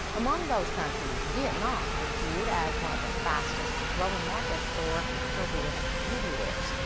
among those countries, vietnam is viewed as one of the fastest growing markets for korean beauty wears.